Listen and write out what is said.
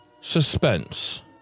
suspense